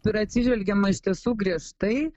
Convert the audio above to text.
yra atsižvelgiama iš tiesų griežtai